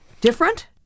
Different